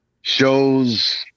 shows